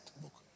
book